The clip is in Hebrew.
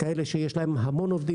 כאלה שיש להם המון עובדים